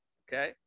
okay